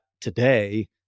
today